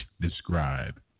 describe